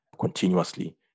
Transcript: continuously